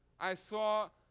i saw